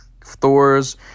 Thor's